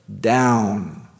down